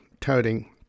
toting